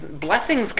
blessings